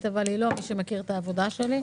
אבל היא לא מי שמכיר את העבודה שלי,